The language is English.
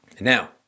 Now